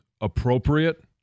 appropriate